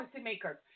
policymakers